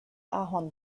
ahorn